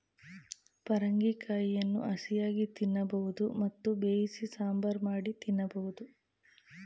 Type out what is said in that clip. ಪರಂಗಿ ಕಾಯಿಯನ್ನು ಹಸಿಯಾಗಿ ತಿನ್ನಬೋದು ಮತ್ತು ಬೇಯಿಸಿ ಸಾಂಬಾರ್ ಮಾಡಿ ತಿನ್ನಬೋದು